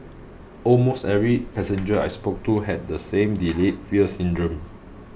almost every passenger I spoke to had the same delayed fear syndrome